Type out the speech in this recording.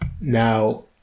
Now